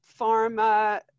pharma